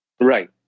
Right